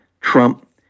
Trump